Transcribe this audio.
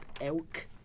Elk